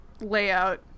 layout